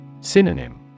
Synonym